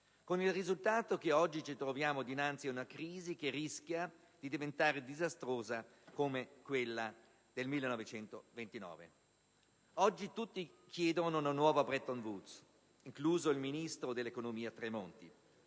con il risultato che oggi ci troviamo dinanzi ad una crisi che rischia di diventare disastrosa come quella del 1929. Oggi tutti chiedono una nuova Bretton Woods, incluso il ministro dell'economia Tremonti.